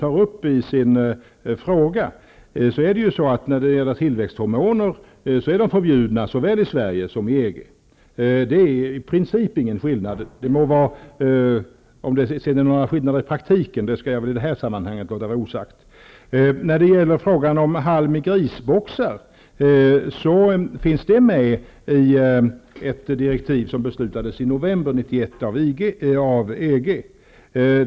Jag vill gärna påpeka att tillväxthormoner är förbjudna såväl i Sverige som i EG. Det är i princip ingen skillnad. Om det sedan är några skillnader i praktiken skall jag i detta sammanhang låta vara osagt. Kravet på halm i grisboxar finns med i ett di rektiv som beslutades i november 1991 av EG.